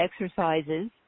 exercises